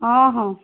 ହଁ ହଁ